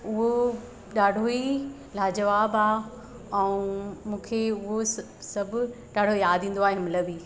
उहो ॾाढो ई लाजवाबु आहे ऐं मूंखे उहो सभु ॾाढो यादि ईंदो आहे हिनमहिल बि